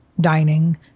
Dining